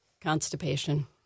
constipation